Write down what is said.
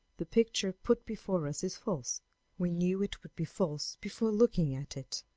the picture put before us is false we knew it would be false before looking at it,